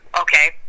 okay